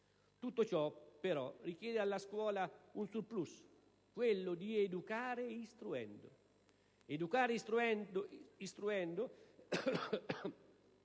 Tutto ciò, però, richiede alla scuola un *surplus*: quello di educare istruendo. Educare istruendo